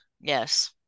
Yes